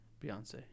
Beyonce